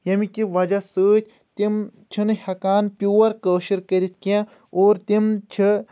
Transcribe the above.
ییٚمہِ کہ وجہ سۭتۍ تِم چھنہٕ ہیٚکان پِوَر کأشُر کٔرِتھ اور تِم چھ